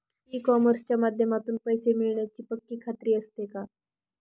E कॉमर्सच्या माध्यमातून पैसे मिळण्याची पक्की खात्री असते का?